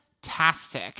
Fantastic